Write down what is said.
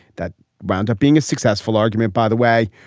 that roundup being a successful argument, by the way,